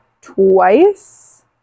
twice